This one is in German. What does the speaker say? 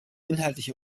inhaltliche